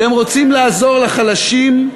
אתם רוצים לעזור לחלשים?